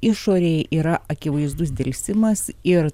išorėj yra akivaizdus delsimas ir